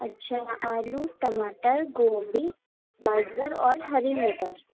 اچھا آلو ٹماٹر گوبھی گاجر اور ہری مٹر